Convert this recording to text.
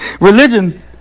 Religion